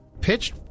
pitched –